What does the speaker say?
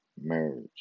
marriage